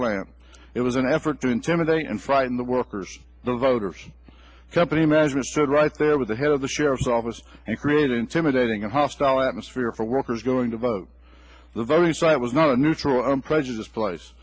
plant it was an effort to intimidate and frighten the workers the voters company management said right there with the head of the sheriff's office and creating intimidating a hostile atmosphere for workers going to vote the very site was not a neutral unprejudiced place